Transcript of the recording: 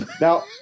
Now